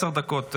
עשר דקות,